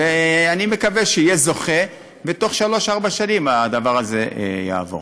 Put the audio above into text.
ואני מקווה שיהיה זוכה ותוך שלוש-ארבע שנים הדבר הזה יעבור.